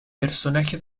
personaje